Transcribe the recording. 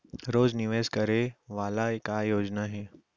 रोज निवेश करे वाला का योजना हे?